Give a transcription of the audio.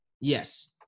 Yes